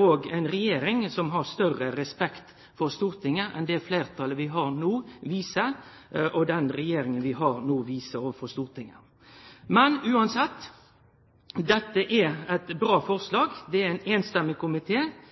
og ei regjering som har større respekt for Stortinget enn det fleirtalet vi har no, viser, og det den regjeringa vi har no, viser overfor Stortinget. Men uansett: Dette er eit bra forslag frå ein samrøystes komité. Vi meinte dette var ein